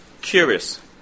Curious